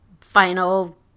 final